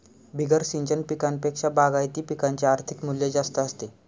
बिगर सिंचन पिकांपेक्षा बागायती पिकांचे आर्थिक मूल्य जास्त असते